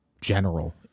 general